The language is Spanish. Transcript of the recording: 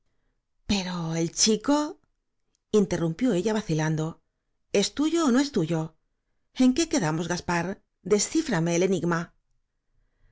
pero el chico interrumpió ella vacilando es tuyo ó no es tuyo en qué quedamos gaspar descíframe el enigma